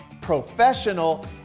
professional